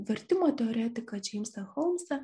vertimo teoretiką džeimsą holmsą